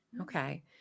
Okay